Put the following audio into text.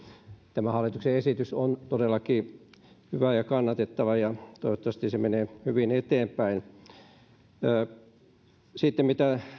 tämä hallituksen esitys on todellakin hyvä ja kannatettava ja toivottavasti se menee hyvin eteenpäin mitä